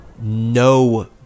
no